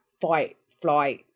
fight-flight